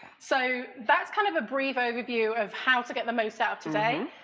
so that's kind of a brief overview of how to get the most out today.